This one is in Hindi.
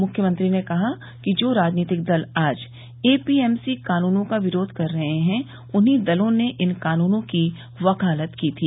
मुख्यमंत्री ने कहा कि जो राजनीतिक दल आज एपीएमसी कानूनों का विरोध कर रहे हैं उन्हीं दलों ने इन कानूनों की वकालत की थी